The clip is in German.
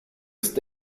ist